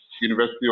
University